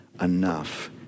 enough